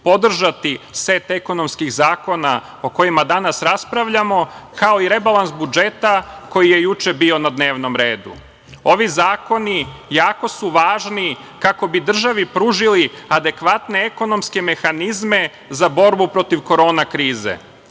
podržati set ekonomskih zakona o kojima danas raspravljamo, kao i rebalans budžeta koji je juče bio na dnevnom redu. Ovi zakoni jako su važni kako bi državi pružili adekvatne ekonomske mehanizme za borbu protiv korona krize,